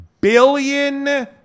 billion